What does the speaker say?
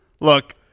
Look